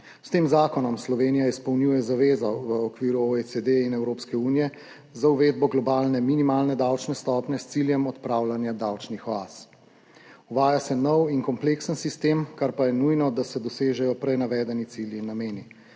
S tem zakonom Slovenija izpolnjuje zavezo v okviru OECD in Evropske unije za uvedbo globalne minimalne davčne stopnje s ciljem odpravljanja davčnih oaz. Uvaja se nov in kompleksen sistem, kar pa je nujno, da se dosežejo prej navedeni cilji in nameni.